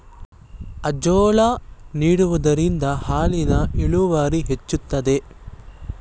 Azolla ನೀಡುವುದರಿಂದ ಹಾಲಿನ ಇಳುವರಿ ಹೆಚ್ಚುವುದೇ?